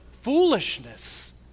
foolishness